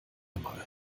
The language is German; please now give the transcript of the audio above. mal